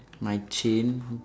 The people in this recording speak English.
my chain